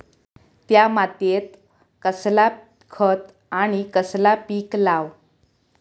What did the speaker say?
त्या मात्येत कसला खत आणि कसला पीक लाव?